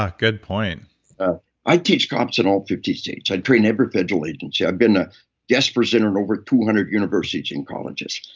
ah good point i teach cops in all fifty states. i train every federal agency. i've been a guest presenter at and over two hundred universities and colleges.